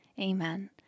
Amen